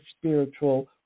spiritual